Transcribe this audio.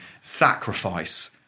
sacrifice